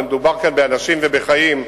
ומדובר כאן באנשים ובחיים,